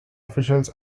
officials